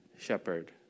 shepherd